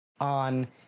on